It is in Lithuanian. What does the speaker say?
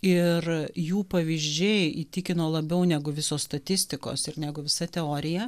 ir jų pavyzdžiai įtikino labiau negu visos statistikos ir negu visa teorija